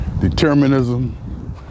determinism